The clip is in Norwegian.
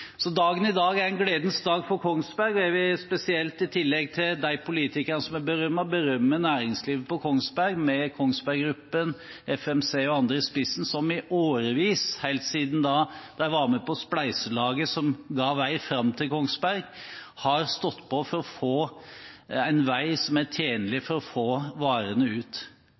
Dagen i dag er en gledens dag for Kongsberg, og jeg vil spesielt – i tillegg til de politikerne som er berømmet – berømme næringslivet på Kongsberg, med Kongsberg Gruppen, FMC og andre i spissen som i årevis, helt siden de var med på spleiselaget som ga vei fram til Kongsberg, har stått på for å få en vei som er tjenlig